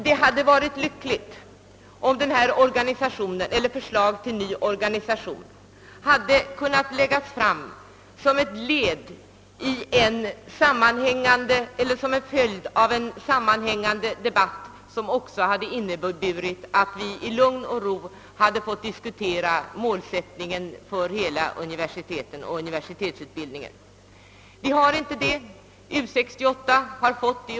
Det hade varit lyckligt om dagens förslag till en ny organisation hade kunnat läggas fram som en följd av en sammanhängande debatt där vi i lugn och ro fått diskutera målsättningen för våra universitet och vår utbildningspolitik. Vi har inte fått denna möjlighet.